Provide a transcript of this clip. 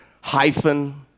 Hyphen